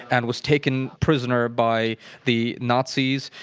and was taken prisoner by the nazis,